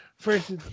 First